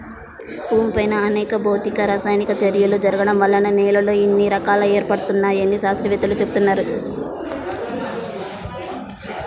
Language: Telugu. భూమిపైన అనేక భౌతిక, రసాయనిక చర్యలు జరగడం వల్ల నేలల్లో ఇన్ని రకాలు ఏర్పడ్డాయని శాత్రవేత్తలు చెబుతున్నారు